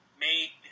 made